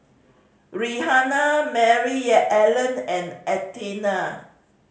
Rihanna Maryellen and Athena